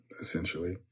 essentially